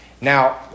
Now